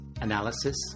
analysis